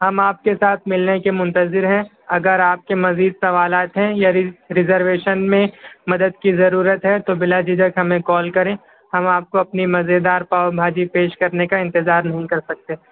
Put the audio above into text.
ہم آپ کے ساتھ ملنے کے منتظر ہیں اگر آپ کے مزید سوالات ہیں یا ریزرویشن میں مدد کی ضرورت ہے تو بلا جھجک ہمیں کال کریں ہم آپ کو اپنی مزیدار پاؤ بھاجی پیش کرنے کا انتظار نہیں کر سکتے